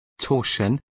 torsion